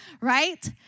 right